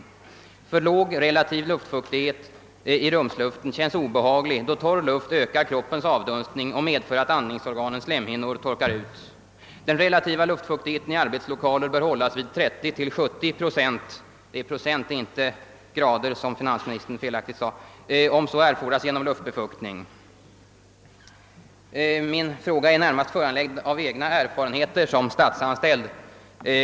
För låg relativ fuktighet i rumsluften känns obehaglig, då torr luft ökar kroppens avdunstning och medför att andningsorganens slemhinnor torkar ut. Den relativa luftfuktigheten i arbets lokaler bör hållas vid 30—70 2, om så erfordras genom luftbefuktning.» Min fråga är närmast föranledd av egna erfarenheter som statsanställd.